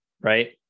Right